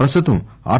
ప్రస్తుతం ఆర్